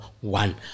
one